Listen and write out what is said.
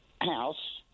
house